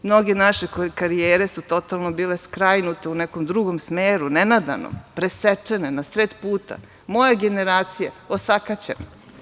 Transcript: Mnoge naše karijere su totalno bile skrajnute u nekom drugom smeru nenadano, presečne na sred puta, moja generacija osakaćena.